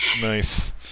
Nice